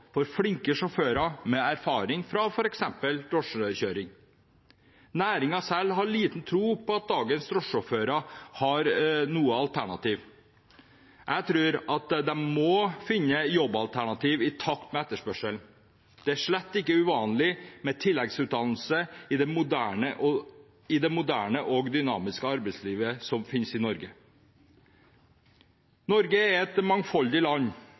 for flinke sjåfører med erfaring, f.eks. fra drosjekjøring. Næringen selv har liten tro på at dagens drosjesjåfører har noe alternativ. Jeg tror at de må finne jobbalternativ i takt med etterspørselen. Det er slett ikke uvanlig med tilleggsutdannelse i det moderne og dynamiske arbeidslivet som finnes i Norge. Norge er et mangfoldig land,